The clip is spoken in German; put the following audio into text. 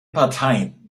parteien